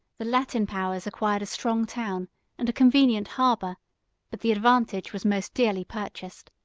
the latin powers acquired a strong town and a convenient harbor but the advantage was most dearly purchased.